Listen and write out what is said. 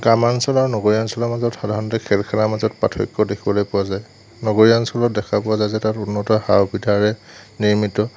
গ্ৰাম্য়াঞ্চল আৰু নগৰীয়া অঞ্চলৰ মাজত সাধাৰণতে খেল খেলাৰ মাজত পাৰ্থক্য় দেখিবলৈ পোৱা যায় নগৰীয়া অঞ্চলত দেখা পোৱা যায় যে তাত উন্নত সা সুবিধাৰে নিৰ্মিত